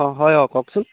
অঁ হয় অঁ কওকচোন